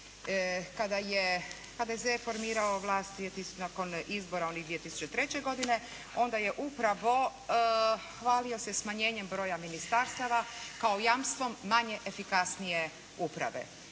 Kada je HDZ formirao vlast, nakon izbora onih 2003. godine onda je upravo smanjio se smanjenjem broja ministarstava kao jamstvom manje efikasnije uprave.